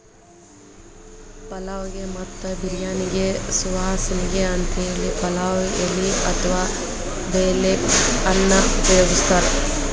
ಪಲಾವ್ ಗೆ ಮತ್ತ ಬಿರ್ಯಾನಿಗೆ ಸುವಾಸನಿಗೆ ಅಂತೇಳಿ ಪಲಾವ್ ಎಲಿ ಅತ್ವಾ ಬೇ ಲೇಫ್ ಅನ್ನ ಉಪಯೋಗಸ್ತಾರ